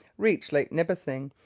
reached lake nipissing,